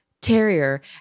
terrier